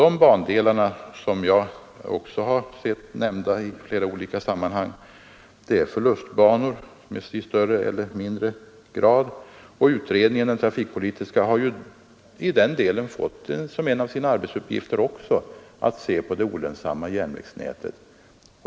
Dessa bandelar, som jag sett nämnda i flera olika sammanhang, är förlustbanor i större eller mindre grad, och den trafikpolitiska utredningen har ju fått som en av sina arbetsuppgifter att också se på det olönsamma järnvägsnätet.